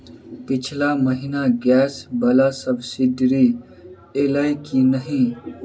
पिछला महीना गैस वला सब्सिडी ऐलई की नहि?